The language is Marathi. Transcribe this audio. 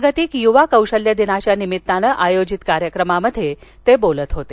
जागतिक युवा कौशल्य दिनाच्या निमित्तानं आयोजीत कार्यक्रमात ते बोलत होते